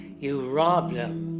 you rob them.